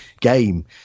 game